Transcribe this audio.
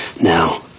now